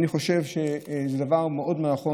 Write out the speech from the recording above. אני חושב שזה דבר מאוד נכון.